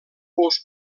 pous